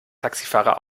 taxifahrer